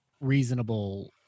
reasonable